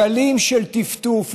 גלים של טפטוף,